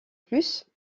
plus